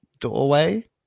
doorway